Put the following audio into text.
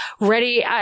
ready